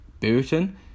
Burton